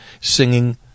singing